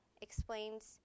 explains